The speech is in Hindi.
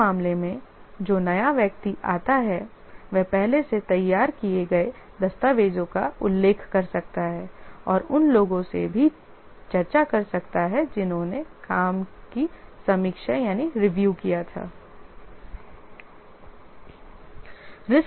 इस मामले में जो नया व्यक्ति आता है वह पहले से तैयार किए गए दस्तावेजों का उल्लेख कर सकता है और उन लोगों से भी चर्चा कर सकता है जिन्होंने काम की समीक्षा की है